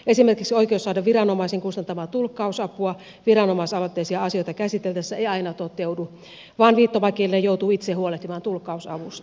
esimerkiksi oikeus saada viranomaisen kustantamaa tulkkausapua viranomaisaloitteisia asioita käsiteltäessä ei aina toteudu vaan viittomakielinen joutuu itse huolehtimaan tulkkausavusta